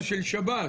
זה של שב"ס.